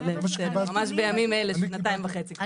ממש בימים אלה שנתיים וחצי.